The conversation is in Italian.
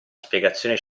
spiegazione